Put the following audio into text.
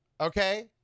Okay